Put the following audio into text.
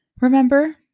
remember